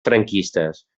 franquistes